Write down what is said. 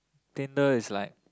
Tinder is like